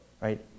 right